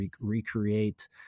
recreate